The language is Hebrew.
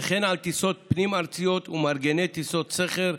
וכן על טיסות פנים-ארציות ומארגני טיסות שכר,